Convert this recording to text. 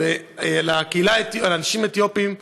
או לאנשים אתיופים,